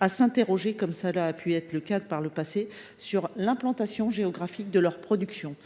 à s’interroger, comme cela a pu être le cas par le passé, sur l’implantation géographique de leur production.